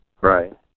Right